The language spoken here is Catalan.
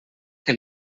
que